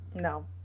No